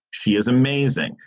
she is amazing.